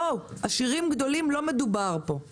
בואו, לא מדובר פה על עשירים גדולים.